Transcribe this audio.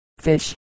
fish